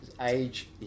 age